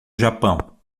japão